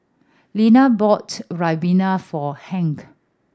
Lannie bought ribena for Hank